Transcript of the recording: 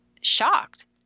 shocked